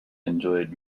enjoyed